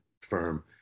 firm